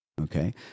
Okay